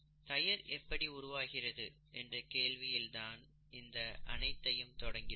தயிர் எப்படி உருவாகிறது என்ற கேள்வியில் இருந்து தான் இது அனைத்தையும் தொடங்கினோம்